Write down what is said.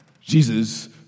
Jesus